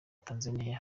tanzaniya